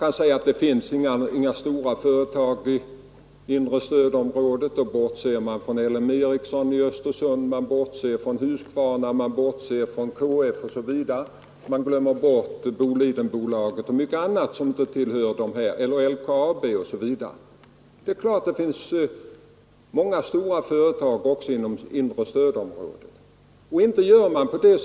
Det sägs ibland att det inte finns några stora företag i inre stödområdet, men då bortser man från LM Ericsson i Östersund, Husqvarna, KF, Bolidenbolagen, LKAB m.fl. Det finns också många andra stora företag inom det inre stödområdet.